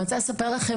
אני רוצה לספר לכם